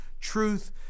truth